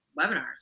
webinars